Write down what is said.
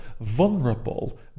vulnerable